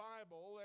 Bible